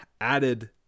added